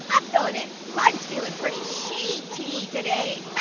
i'm fillin' in. clyde's feelin' pretty sheet-y today.